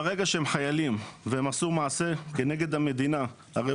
ברגע שהם חיילים ועשו מעשה כנגד המדינה הרי